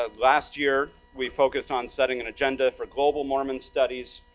ah last year, we focused on setting an agenda for global mormon studies.